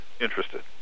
interested